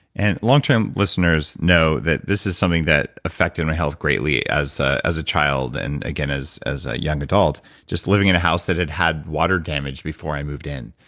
and long-term listeners know that this is something that affected my health greatly as a as a child and again as as a young adult, just living in a house that had had water damage before i moved in.